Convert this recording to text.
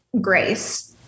grace